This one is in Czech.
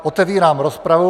Otevírám rozpravu.